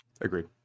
Agreed